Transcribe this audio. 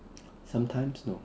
sometimes no